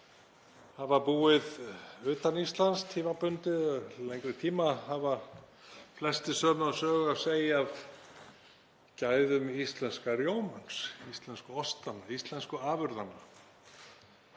hafa búið utan Íslands, tímabundið eða til lengri tíma, hafa flestir sömu sögu að segja af gæðum íslenska rjómans, íslensku ostanna, íslensku afurðanna.